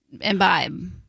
imbibe